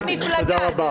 תודה רבה.